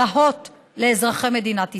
לשון בלהות לאזרחי מדינת ישראל.